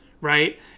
right